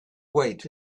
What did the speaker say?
wait